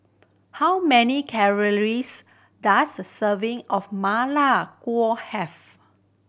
how many calories does a serving of ma lai have